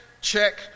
check